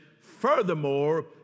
FURTHERMORE